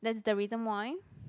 that's the reason why